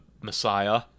messiah